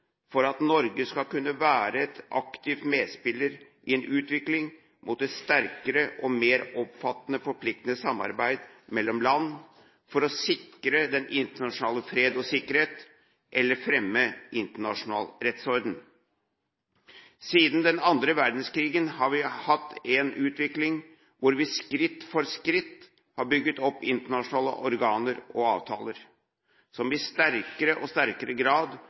for at Norge skal kunne være en aktiv medspiller i en utvikling mot et sterkere og mer omfattende forpliktende samarbeid mellom land for å sikre den internasjonale fred og sikkerhet eller fremme internasjonal rettsorden. Siden den andre verdenskrigen har vi hatt en utvikling hvor vi skritt for skritt har bygget opp internasjonale organer og avtaler, som i sterkere og sterkere grad